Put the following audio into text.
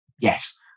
yes